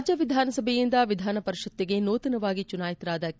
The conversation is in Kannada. ರಾಜ್ಣ ವಿಧಾನಸಭೆಯಿಂದ ವಿಧಾನಪರಿಷತ್ತಿಗೆ ನೂತನವಾಗಿ ಚುನಾಯಿತರಾದ ಕೆ